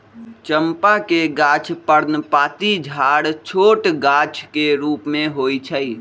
चंपा के गाछ पर्णपाती झाड़ छोट गाछ के रूप में होइ छइ